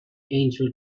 angel